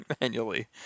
manually